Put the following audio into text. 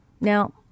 Now